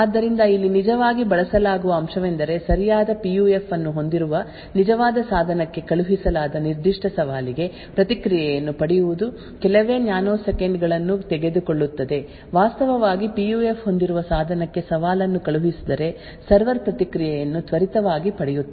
ಆದ್ದರಿಂದ ಇಲ್ಲಿ ನಿಜವಾಗಿ ಬಳಸಲಾಗುವ ಅಂಶವೆಂದರೆ ಸರಿಯಾದ ಪಿಯುಎಫ್ ಅನ್ನು ಹೊಂದಿರುವ ನಿಜವಾದ ಸಾಧನಕ್ಕೆ ಕಳುಹಿಸಲಾದ ನಿರ್ದಿಷ್ಟ ಸವಾಲಿಗೆ ಪ್ರತಿಕ್ರಿಯೆಯನ್ನು ಪಡೆಯುವುದು ಕೆಲವೇ ನ್ಯಾನೊಸೆಕೆಂಡ್ ಗಳನ್ನು ತೆಗೆದುಕೊಳ್ಳುತ್ತದೆ ವಾಸ್ತವವಾಗಿ ಪಿಯುಎಫ್ ಹೊಂದಿರುವ ಸಾಧನಕ್ಕೆ ಸವಾಲನ್ನು ಕಳುಹಿಸಿದರೆ ಸರ್ವರ್ ಪ್ರತಿಕ್ರಿಯೆಯನ್ನು ತ್ವರಿತವಾಗಿ ಪಡೆಯುತ್ತದೆ